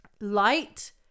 light